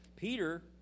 Peter